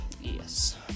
yes